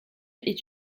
est